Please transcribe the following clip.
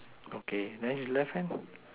okay then he left hand